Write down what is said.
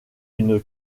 une